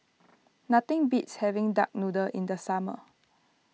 nothing beats having Duck Noodle in the summer